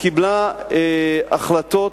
קיבלה החלטות